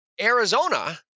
Arizona